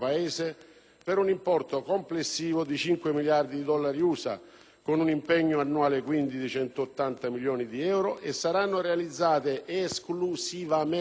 per un importo complessivo di 5 miliardi di dollari USA, con un impegno annuale quindi di 180 milioni di euro, e saranno realizzate esclusivamente